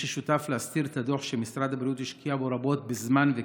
מי ששותף להסתיר את הדוח שמשרד הבריאות השקיע בו רבות בזמן וכסף,